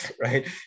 right